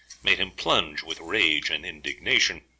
made him plunge with rage and indignation.